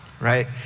right